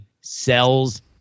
sells